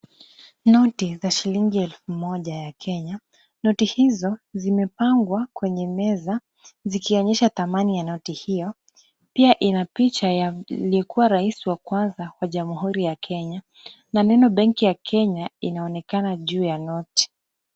Noti za shilingi elfu moja ya Kenya. Noti hizo zimepangwa kwenye meza zikionyesha thamani ya noti hio. Pia ina picha ya aliyekuwa Rais wa kwanza wa jamhuri ya Kenya na neno Benki ya Kenya inaonekana juu ya noti.